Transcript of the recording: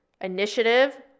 Initiative